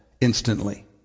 instantly